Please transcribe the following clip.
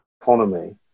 economy